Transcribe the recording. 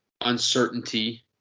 uncertainty